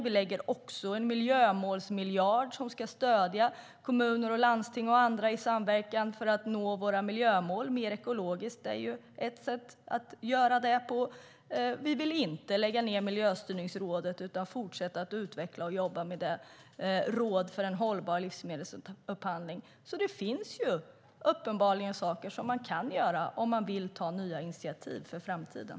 Vi lägger också en miljömålsmiljard som ska stödja kommuner, landsting och andra i samverkan för att nå våra miljömål mer ekologiskt. Det är ett sätt att göra detta på. Vi vill inte lägga ned Miljöstyrningsrådet utan fortsätta att utveckla och jobba med råd för en hållbar livsmedelupphandling. Det finns uppenbarligen saker man kan göra om man vill ta nya initiativ inför framtiden.